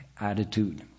attitude